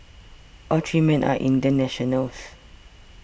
all three men are Indian nationals